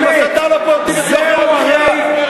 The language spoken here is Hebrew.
ועם הסתה לא מורידים את יוקר המחיה.